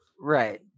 right